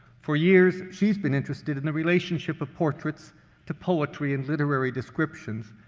for years, she's been interested in the relationship of portraits to poetry and literary descriptions,